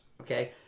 okay